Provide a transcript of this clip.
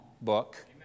book